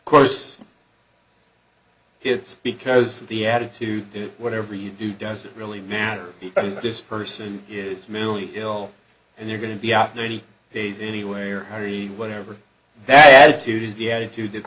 us course it's because the attitude do whatever you do doesn't really matter because this person is mentally ill and you're going to be out many days anyway or very whatever that attitude is the attitude that